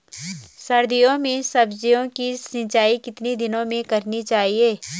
सर्दियों में सब्जियों की सिंचाई कितने दिनों में करनी चाहिए?